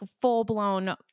full-blown